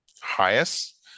highest